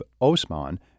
Osman